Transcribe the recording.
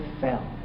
fell